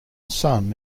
sun